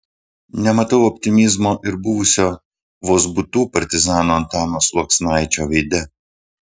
nematau optimizmo ir buvusio vozbutų partizano antano sluoksnaičio veide